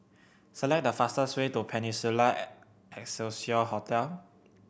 select the fastest way to Peninsula Excelsior Hotel